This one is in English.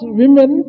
women